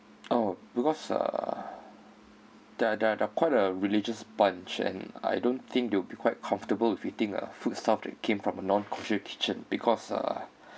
oh because uh they're they're they're quite a religious bunch and I don't think they'll be quite comfortable with eating uh food stuff that came from a non kosher kitchen because uh